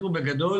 בגדול